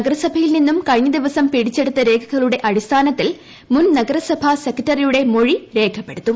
നഗരസഭയിൽ നിന്നും കഴിഞ്ഞ ദിവസം പിടിച്ചെടുത്ത രേഖകളുടെ അടിസ്ഥാനത്തിൽ മുൻ നഗരസഭാ സെക്രട്ടറിയുടെ മൊഴി രേഖപ്പെടുത്തും